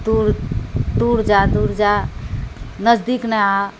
दूर दूर जा दूर जा नजदीक नहि आ